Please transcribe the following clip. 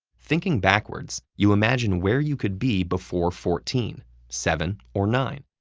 thinking backwards, you imagine where you could be before fourteen seven or nine.